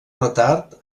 retard